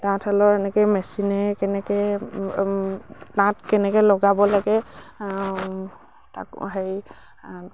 তাঁত শালৰ এনেকে মেচিনে কেনেকে তাঁত কেনেকে লগাব লাগে হেৰি